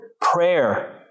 prayer